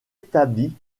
établi